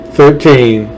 Thirteen